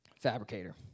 fabricator